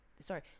Sorry